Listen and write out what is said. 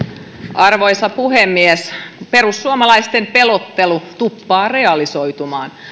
arvoisa puhemies perussuomalaisten pelottelu tuppaa realisoitumaan